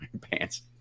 pants